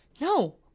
No